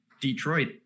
Detroit